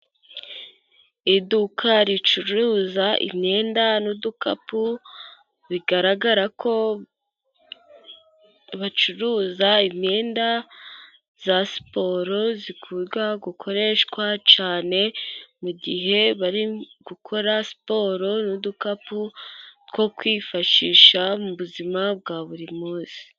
Iduka ricuruza imyenda n'udukapu, bigaragara ko bacuruza imyenda ya siporo ikunda gukoreshwa cyane mu gihe bari gukora siporo, n'udukapu two kwifashisha mu buzima bwa buri munsi.